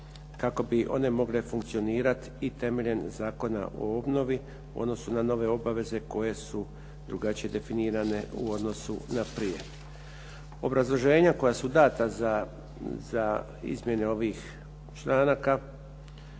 kako bi one mogle funkcionirati i temeljem Zakona o obnovi u odnosu na nove obaveze koje su drugačije definirane u odnosu na prije.